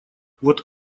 вот